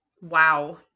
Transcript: Wow